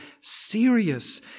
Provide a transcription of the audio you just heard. serious